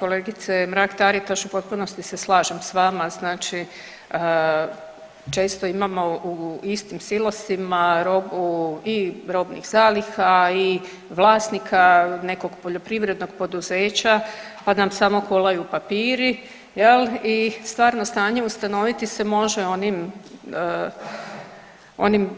Kolegice Mrak Taritaš u potpunosti se slažem s vama, znači često imamo u istim silosima i robnih zaliha i vlasnika nekog poljoprivrednog poduzeća pa nam samo kolaju papiri jel i stvarno stanje ustanoviti se može onim